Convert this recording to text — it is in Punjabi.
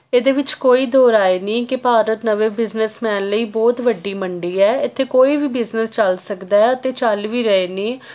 ਇਹਦੇ ਵਿੱਚ ਕੋਈ ਦੋਰਾਏ ਨਹੀਂ ਕਿ ਭਾਰਤ ਨਵੇਂ ਬਿਜਨਸਮੈਨ ਲਈ ਬਹੁਤ ਵੱਡੀ ਮੰਡੀ ਹੈ ਇਥੇ ਕੋਈ ਵੀ ਬਿਜ਼ਨਸ ਚੱਲ ਸਕਦਾ ਅਤੇ ਚੱਲ ਵੀ ਰਹੇ ਨੇ